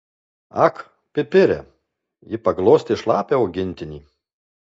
ak pipire ji paglostė šlapią augintinį